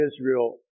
Israel